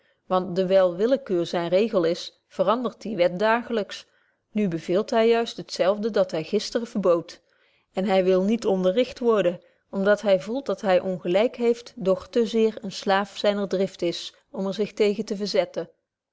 want dewyl willekeur zyn regel is verandert die wet dagelyks nu beveelt hy juist het zelfde dat hy gister verboodt en hy wil niet onderrecht worden betje wolff proeve over de opvoeding om dat hy voelt dat hy ongelyk heeft doch te zeer een slaaf zyner drift is om er zich tegen te verzetten